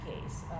case